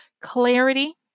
clarity